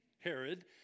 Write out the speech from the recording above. Herod